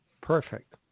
Perfect